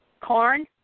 corn